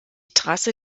trasse